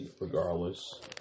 regardless